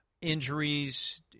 injuries